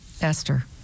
Esther